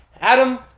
Adam